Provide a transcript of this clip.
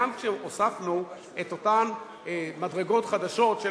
גם כשהוספנו את אותן מדרגות חדשות של